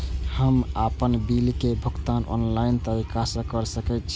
हम आपन बिल के भुगतान ऑनलाइन तरीका से कर सके छी?